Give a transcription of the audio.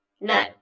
no